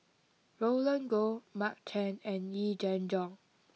Roland Goh Mark Chan and Yee Jenn Jong